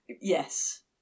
Yes